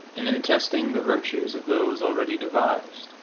and in testing the virtues of those already devised